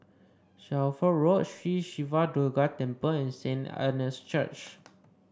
Shelford Road Sri Siva Durga Temple and Saint Anne's Church